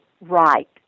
right